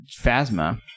Phasma